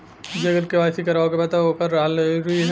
जेकर के.वाइ.सी करवाएं के बा तब ओकर रहल जरूरी हे?